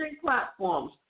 platforms